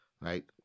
Right